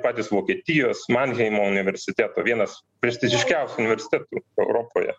patys vokietijos manheimo universiteto vienas prestižiškiausių universitetų europoje